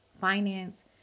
finance